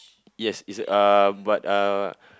yes it's a uh but uh